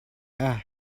اَه